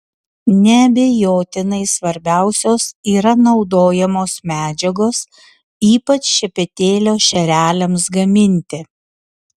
neabejotinai svarbiausios yra naudojamos medžiagos ypač šepetėlio šereliams gaminti